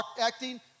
acting